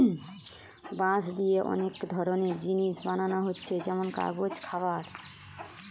বাঁশ দিয়ে অনেক ধরনের জিনিস বানানা হচ্ছে যেমন কাগজ, খাবার